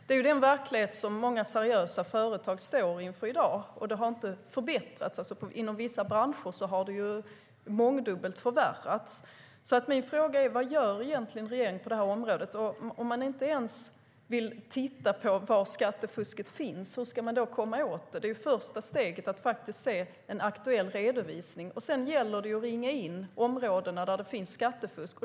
Det är den verklighet många seriösa företag står inför i dag, och det har inte förbättrats. Inom vissa branscher har det mångdubbelt förvärrats. Mina frågor är därför: Vad gör egentligen regeringen på det här området? Om man inte ens vill titta på var skattefusket finns, hur ska man komma åt det? Det första steget är ju att se en aktuell redovisning, och sedan gäller det att ringa in områdena där det finns skattefusk.